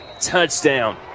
Touchdown